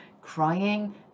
crying